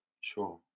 Sure